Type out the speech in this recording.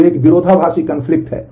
तो एक विरोधाभासी है